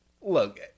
look